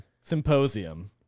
Symposium